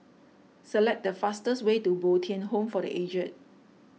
select the fastest way to Bo Tien Home for the Aged